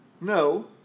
No